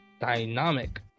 dynamic